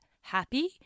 happy